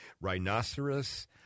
rhinoceros